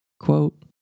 Quote